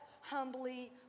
humbly